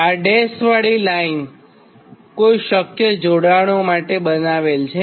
અને આ ડેસવાળી લાઇન કોઇ શક્ય જોડાણ માટે બનાવેલ છે